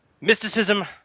Mysticism